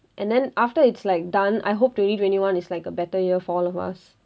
and then after it's like done I hope twenty twenty one is like a better year for all of us